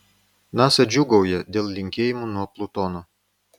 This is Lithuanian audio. nasa džiūgauja dėl linkėjimų nuo plutono